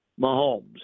Mahomes